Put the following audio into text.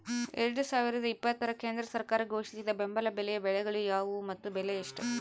ಎರಡು ಸಾವಿರದ ಇಪ್ಪತ್ತರ ಕೇಂದ್ರ ಸರ್ಕಾರ ಘೋಷಿಸಿದ ಬೆಂಬಲ ಬೆಲೆಯ ಬೆಳೆಗಳು ಯಾವುವು ಮತ್ತು ಬೆಲೆ ಎಷ್ಟು?